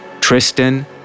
Tristan